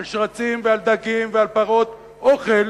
על שרצים ועל דגים ועל פרות, אוכל,